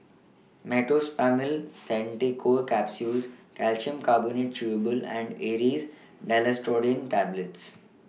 Meteospasmyl Simeticone Capsules Calcium Carbonate Chewable and Aerius DesloratadineTablets